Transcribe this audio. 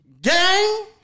gang